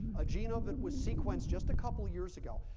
a genome that was sequenced just a couple of years ago,